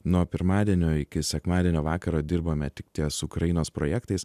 nuo pirmadienio iki sekmadienio vakaro dirbame tik ties ukrainos projektais